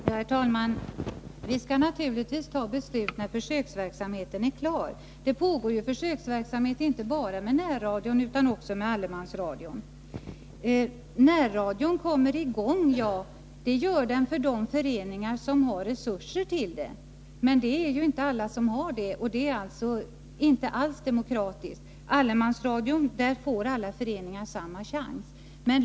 Herr talman! Vi skall naturligtvis fatta beslutet när försöksverksamheten är klar. Det pågår ju försöksverksamhet inte bara med närradio, utan också med allemansradio. Närradion kommer i gång — ja, för de föreningar som har resurser till det. Men inte alla har det, och det är inte alls demokratiskt. I allemansradion får alla föreningar samma chans.